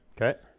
Okay